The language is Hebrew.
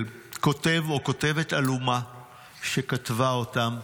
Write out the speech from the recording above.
של כותב או כותבת עלומה שכתבה אותם.